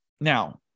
Now